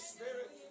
Spirit